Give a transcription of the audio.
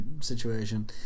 situation